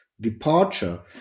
departure